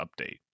update